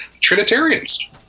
Trinitarians